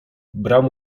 bram